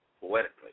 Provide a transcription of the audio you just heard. poetically